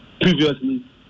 previously